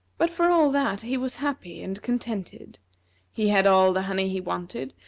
but, for all that, he was happy and contented he had all the honey he wanted,